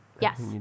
Yes